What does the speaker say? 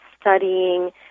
studying